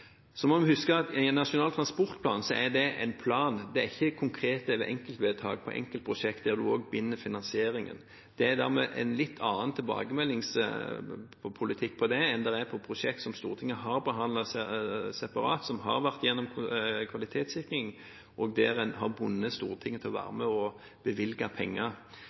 Så må vi huske at en nasjonal transportplan er en plan, det er ikke konkrete enkeltvedtak på enkeltprosjekter der en også binder finansieringen. Det er dermed en litt annen tilbakemeldingspolitikk på det enn det er på prosjekter som Stortinget har behandlet separat, som har vært gjennom kvalitetssikring, og der en har bundet Stortinget til å være med og bevilge penger.